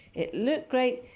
it looked great.